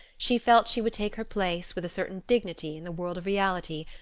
she felt she would take her place with a certain dignity in the world of reality,